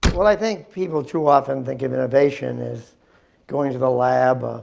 well, i think people too often think of innovation as going to the lab,